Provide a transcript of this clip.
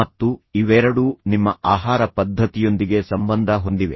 ಮತ್ತು ಇವೆರಡೂ ನಿಮ್ಮ ಆಹಾರ ಪದ್ಧತಿಯೊಂದಿಗೆ ಸಂಬಂಧ ಹೊಂದಿವೆ